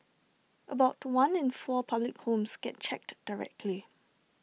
about one in four public homes gets checked directly